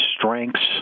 strengths